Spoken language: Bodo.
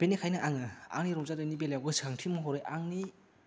बिनिखायनो आङो आंनि रंजानायनि बेलायाव गोसोखांथि महरै आंनि